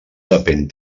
depén